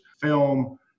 film